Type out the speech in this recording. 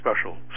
special